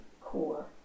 core